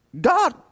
God